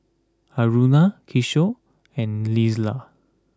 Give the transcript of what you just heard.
Aruna Kishore and Neila